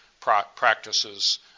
practices